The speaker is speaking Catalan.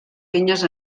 vinyes